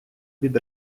від